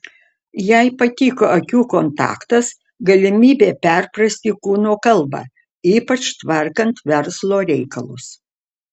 jai patiko akių kontaktas galimybė perprasti kūno kalbą ypač tvarkant verslo reikalus